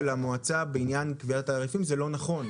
המועצה בעניין קביעת תעריפים זה לא נכון,